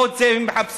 לא את זה הם מחפשים.